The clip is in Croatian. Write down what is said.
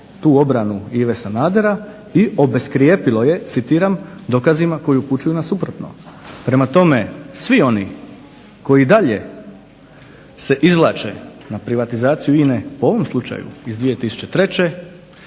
tu obranu Ive Sanadera i obeskrijepilo je dokazima koji upućuju na suprotno. Prema tome svi oni koji dalje se izvlače na privatizaciju INA u ovom slučaju iz 2003.